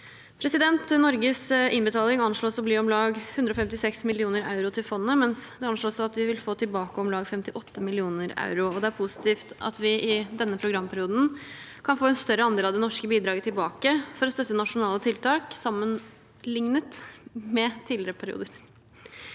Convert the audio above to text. Norges innbetaling anslås å bli om lag 156 millioner euro til fondet, mens det anslås at vi vil få tilbake om lag 58 millioner euro. Det er positivt at vi i denne programperioden kan få en større andel av det norske bidraget tilbake for å støtte nasjonale tiltak sammenlignet med tidligere perioder.